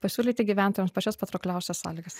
pasiūlyti gyventojams pačias patraukliausias sąlygas